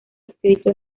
escrito